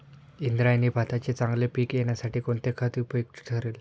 इंद्रायणी भाताचे चांगले पीक येण्यासाठी कोणते खत उपयुक्त ठरेल?